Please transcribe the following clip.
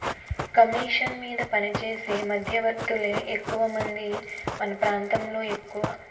commission మీద పనిచేసే మధ్యవర్తులే ఎక్కువమంది మన ప్రాంతంలో ఎక్కువ